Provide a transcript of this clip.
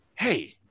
hey